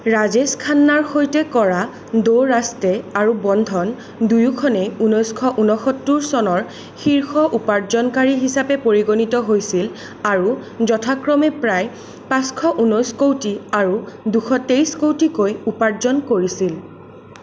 ৰাজেশ খান্নাৰ সৈতে কৰা দ' ৰাষ্টে আৰু বন্ধন দুয়োখনেই ঊনৈছশ ঊনসত্তৰ চনৰ শীৰ্ষ উপাৰ্জনকাৰী হিচাপে পৰিগণিত হৈছিল আৰু যথাক্ৰমে প্ৰায় পাঁচশ ঊনৈছ কৌটি আৰু দুশতেইছ কৌটিকৈ উপাৰ্জন কৰিছিল